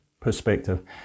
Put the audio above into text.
perspective